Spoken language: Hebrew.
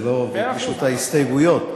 הם הגישו את ההסתייגויות.